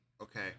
okay